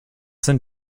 sind